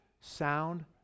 sound